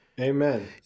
amen